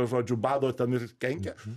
žodžiu bado ten ir kenkia